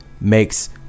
makes